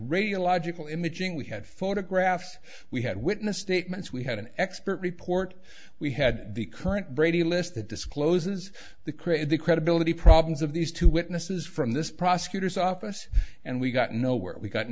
radiological imaging we had photographs we had witness statements we had an expert report we had the current brady list that discloses the created the credibility problems of these two witnesses from this prosecutor's office and we got no where we got